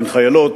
הם חיילות,